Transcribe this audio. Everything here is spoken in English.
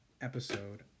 episode